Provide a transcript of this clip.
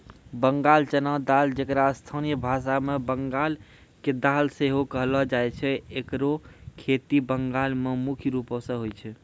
बंगाल चना दाल जेकरा स्थानीय भाषा मे बंगाल के दाल सेहो कहलो जाय छै एकरो खेती बंगाल मे मुख्य रूपो से होय छै